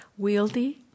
wieldy